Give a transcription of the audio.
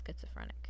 schizophrenic